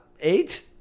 Eight